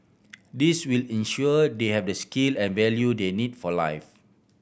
this will ensure they have the skill and value they need for life